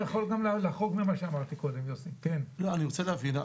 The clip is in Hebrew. אני רוצה להבין.